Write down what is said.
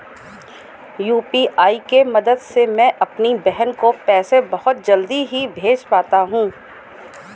UPI के मदद से मैं अपनी बहन को पैसे बहुत जल्दी ही भेज पाता हूं